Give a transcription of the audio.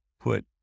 put